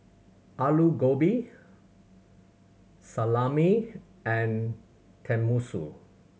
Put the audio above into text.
Alu Gobi Salami and Tenmusu